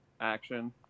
action